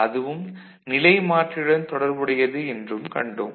அதுவும் நிலைமாற்றியுடன் தொடர்புடையது என்றும் கண்டோம்